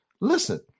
Listen